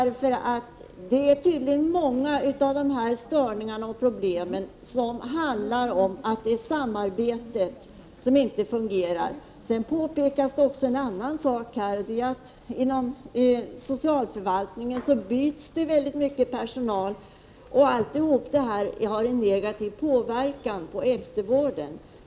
Många av störningarna och problemen handlar tydligen om att samarbetet inte fungerar. Det påpekas också en annan sak: inom socialförvaltningen byts det personal i ganska stor utsträckning. Allt detta har en negativ inverkan på eftervården.